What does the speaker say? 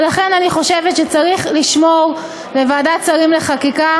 ולכן אני חושבת שצריך לשמור בוועדת שרים לחקיקה